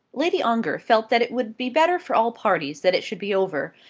lady ongar felt that it would be better for all parties that it should be over,